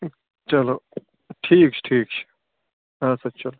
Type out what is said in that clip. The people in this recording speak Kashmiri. چلو ٹھیٖک چھُ ٹھیٖک چھُ آدسا چلو